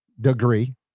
degree